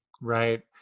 Right